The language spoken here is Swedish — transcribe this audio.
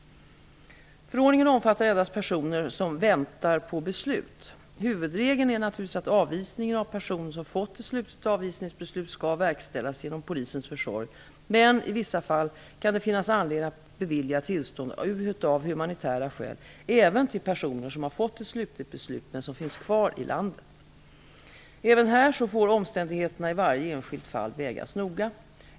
Förordningen omfattar endast personer som väntar på beslut. Huvudregeln är naturligtvis att avvisningen av personer som fått ett slutligt avvisningsbeslut skall verkställas genom polisens försorg, men i vissa fall kan det finnas anledning att bevilja tillstånd av humanitära skäl även till personer som har fått ett slutligt beslut men som finns kvar i landet. Även här får omständigheterna i varje enskilt fall vägas noga.